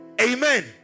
Amen